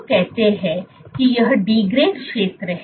हम कहते हैं कि यह डीग्रेडेड क्षेत्र है